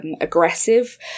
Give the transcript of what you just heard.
aggressive